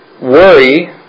worry